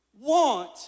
want